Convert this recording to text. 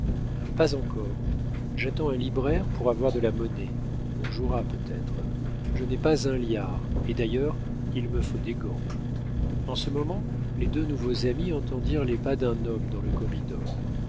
pas encore j'attends un libraire pour avoir de la monnaie on jouera peut-être je n'ai pas un liard et d'ailleurs il me faut des gants en ce moment les deux nouveaux amis entendirent les pas d'un homme dans le corridor